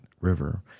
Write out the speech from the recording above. river